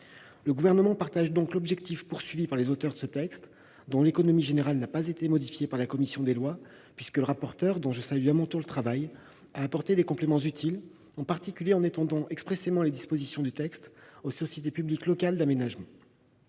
Le Gouvernement partage l'objectif poursuivi par les auteurs de ce texte, dont l'économie générale n'a pas été modifiée par la commission des lois, puisque le rapporteur, dont je salue le travail, a apporté des compléments utiles, en particulier en étendant expressément les dispositions du texte aux sociétés publiques locales d'aménagement.